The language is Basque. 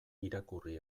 irakurri